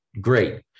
Great